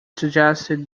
suggested